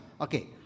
Okay